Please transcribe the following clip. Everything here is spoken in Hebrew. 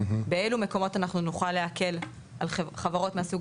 באילו מקומות אנחנו נוכל להקל על חברות מהסוג